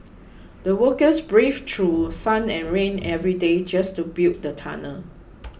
the workers braved through sun and rain every day just to build the tunnel